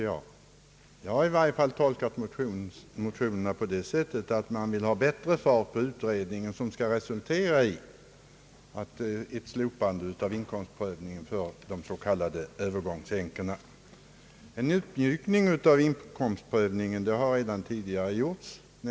Jag har i alla fall tolkat motionerna så att man vill ha bättre fart på utredningen, vilket skall resultera i ett slopande av inkomstprövningen för de s.k. övergångsänkorna. En uppmjukning av inkomstprövningen har redan tidigare gjorts.